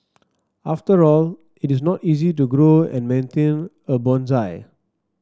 after all it is not easy to grow and maintain a bonsai